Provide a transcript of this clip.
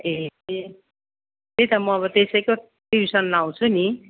ए त्यही त म अब त्यसैको ट्युसन् लाउँछु नि